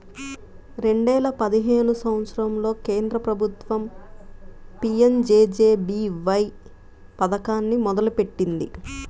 రెండేల పదిహేను సంవత్సరంలో కేంద్ర ప్రభుత్వం పీయంజేజేబీవై పథకాన్ని మొదలుపెట్టింది